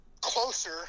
closer